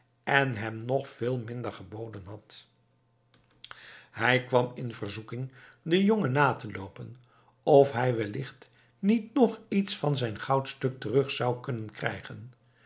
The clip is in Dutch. en hem nog veel minder geboden had hij kwam in verzoeking den jongen na te loopen of hij wellicht niet nog iets van zijn goudstuk terug zou kunnen krijgen